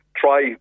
Try